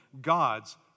God's